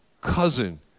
cousin